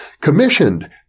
commissioned